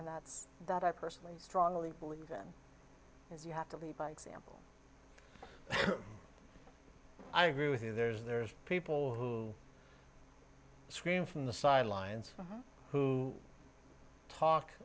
and that's that i personally strongly believe in is you have to lead by example i agree with you there's there's people who scream from the sidelines from who talk